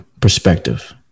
perspective